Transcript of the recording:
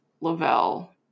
Lavelle